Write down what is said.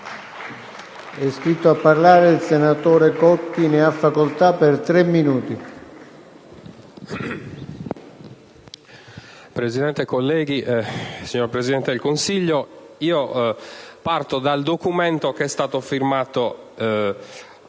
Presidente, onorevoli colleghi, signor Presidente del Consiglio, parto dal documento che è stato firmato